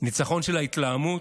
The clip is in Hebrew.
ניצחון של ההתלהמות?